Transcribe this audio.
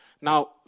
Now